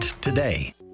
today